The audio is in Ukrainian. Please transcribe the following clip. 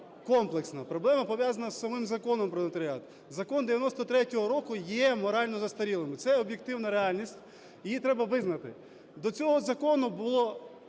комплексна, проблема пов'язана з самим Законом "Про нотаріат". Закон 1993 року є морально застарілим. Це об'єктивна реальність, і її треба визнати. До цього закону було